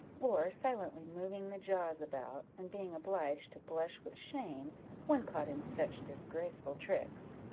or silently moving the jaws about, and being obliged to blush with shame when caught in such disgraceful tricks.